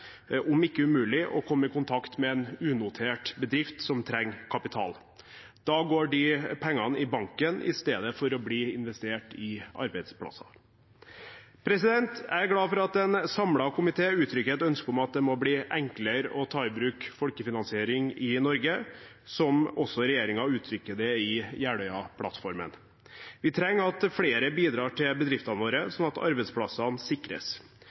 om ikke umulig, å komme i kontakt med en unotert bedrift som trenger kapital. Da går de pengene i banken istedenfor å bli investert i arbeidsplasser. Jeg er glad for at en samlet komité uttrykker et ønske om at det må bli enklere å ta i bruk folkefinansiering i Norge, som også regjeringen uttrykker det i Jeløya-plattformen. Vi trenger at flere bidrar til bedriftene våre, slik at arbeidsplassene sikres.